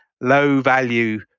low-value